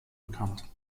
bekannt